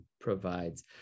provides